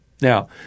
Now